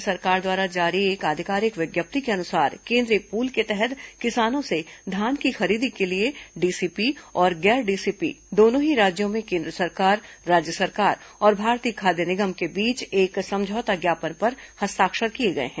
केन्द्र सरकार द्वारा जारी एक आधिकारिक विज्ञप्ति के अुनसार केंद्रीय पूल के तहत किसानों से धान की खरीदी के लिए डीसीपी और गैर डीसीपी दोनों ही राज्यों में केन्द्र सरकार राज्य सरकार और भारतीय खाद्य निगम के बीच एक समझौता ज्ञापन पर हस्ताक्षर किए गए हैं